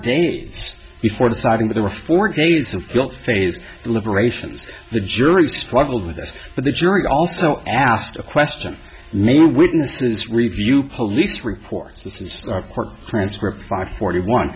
days before deciding there were four days of guilt phase deliberations the jury struggled with this but the jury also asked a question made of witnesses review police reports this is part transcript five forty one